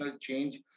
change